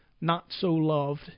not-so-loved